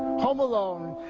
home alone,